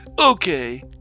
Okay